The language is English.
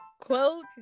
quotes